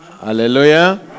Hallelujah